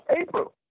April